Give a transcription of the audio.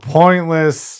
pointless